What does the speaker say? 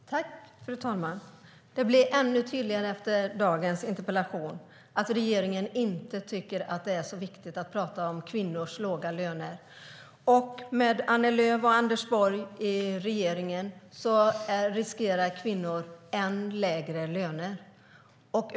Fru talman! Det blir ännu tydligare efter dagens interpellationsdebatt att regeringen inte tycker att det är så viktigt att prata om kvinnors låga löner. Med Annie Lööf och Anders Borg i regeringen riskerar kvinnor än lägre löner.